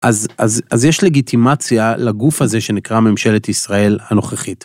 אז יש לגיטימציה לגוף הזה שנקרא ממשלת ישראל הנוכחית.